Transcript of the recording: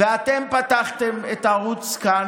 ואתם פתחתם את ערוץ "כאן",